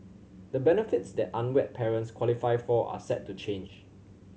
the benefits that unwed parents qualify for are set to change